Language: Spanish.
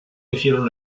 hicieron